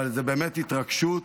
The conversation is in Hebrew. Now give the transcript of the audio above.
אבל זאת באמת התרגשות,